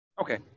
Okay